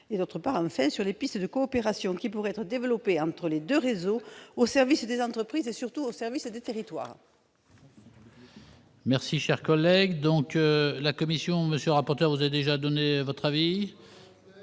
consulaire et sur les pistes de coopération qui pourraient être développées entre les deux réseaux, au service des entreprises et, surtout, des territoires.